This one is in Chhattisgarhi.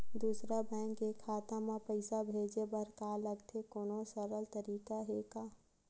दूसरा बैंक के खाता मा पईसा भेजे बर का लगथे कोनो सरल तरीका हे का?